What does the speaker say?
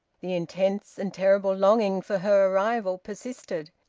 the intense and terrible longing for her arrival persisted.